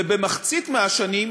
ובמחצית מהשנים,